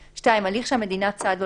(2) הליך שהמדינה צד לו,